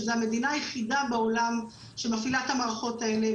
שהיא המדינה היחידה בעולם שמפעילה את המערכות הללו.